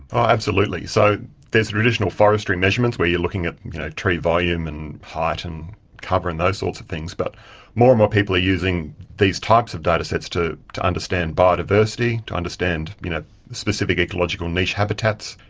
absolutely. so there's traditional forestry measurements where you are looking at tree volume and height and cover and those sorts of things, but more and more people are using these types of datasets to to understand biodiversity, to understand you know specific ecological niche habitats,